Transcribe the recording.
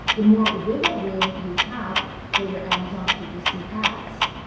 the more wiggle room you have for your amazon ppc ads.